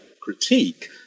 critique